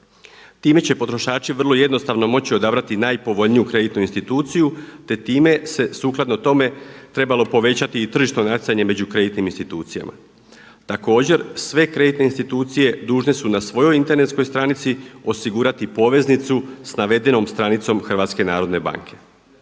Time će potrošači vrlo jednostavno moći odabrati i najpovoljniju kreditnu instituciju te time se sukladno tome trebalo povećati i tržišno natjecanje među kreditnim institucijama. Također sve kreditne institucije dužne su na svojoj internetskoj stranici osigurati poveznicu sa navedenom stranicom Hrvatske narodne banke.